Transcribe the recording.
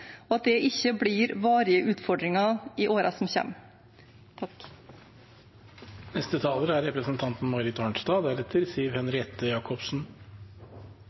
og at det ikke blir varige utfordringer i årene som kommer. Det er